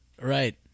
Right